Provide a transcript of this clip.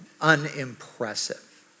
unimpressive